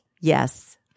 yes